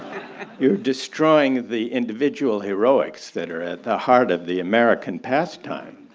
you're destroying the individual heroics that are at the heart of the american pastime.